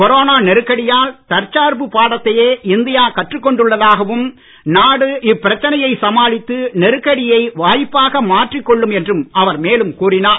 corona நெருக்கடியால் தற்சார்பு பாடத்தையே இந்தியா கற்றுக் கொண்டுள்ளதாகவும் நாடு இப்பிரச்சைனையை சமாளித்து நெருக்கடியை வாய்ப்பாக மாற்றிக் கொள்ளும் என்றும் அவர் மேலும் கூறினார்